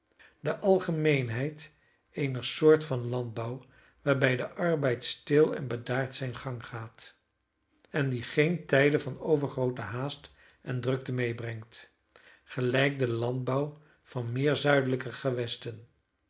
de algemeenheid eener soort van landbouw waarbij de arbeid stil en bedaard zijn gang gaat en die geene tijden van overgroote haast en drukte medebrengt gelijk de landbouw van meer zuidelijke gewesten